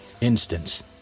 Instance